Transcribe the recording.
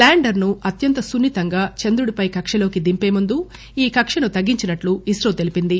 lander ను అత్యంత సున్ని తంగా చంద్రుడిపై కక్కలోకి దింపే ముందు ఈ కక్కను తగ్గించినట్టు ఇస్రో తెలిపింది